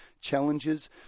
challenges